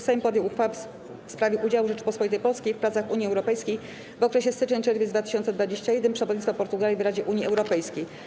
Sejm podjął uchwałę w sprawie udziału Rzeczypospolitej Polskiej w pracach Unii Europejskiej w okresie styczeń-czerwiec 2021 r. (przewodnictwo Portugalii w Radzie Unii Europejskiej)